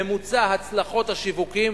ממוצע הצלחות השיווקים,